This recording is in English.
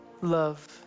love